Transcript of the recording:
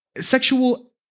sexual